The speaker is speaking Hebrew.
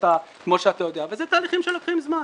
כמו שאתה יודע וזה תהליכים שלוקחים זמן.